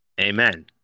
Amen